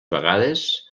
vegades